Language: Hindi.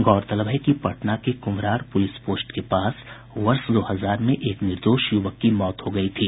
गौरतलब है कि पटना के कुम्हरार पुलिस पोस्ट के पास वर्ष दो हजार में एक निर्दोष युवक की मौत हो गयी थी